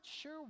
sure